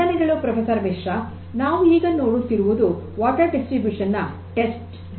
ವಂದನೆಗಳು ಪ್ರೊಫೆಸರ್ ಮಿಸ್ರ ನಾವು ಈಗ ನೋಡುತ್ತಿರುವುದು ನೀರಿನ ವಿತರಣೆಯ ಟೆಸ್ಟ್ ಬೆಡ್